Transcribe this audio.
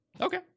Okay